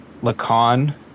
lacan